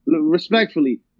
respectfully